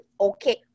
Okay